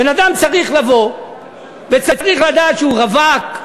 בן-אדם בא וצריך לדעת שהוא רווק,